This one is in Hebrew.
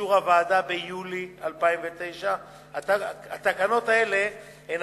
לאישור הוועדה ביולי 2009. התקנות האלה הן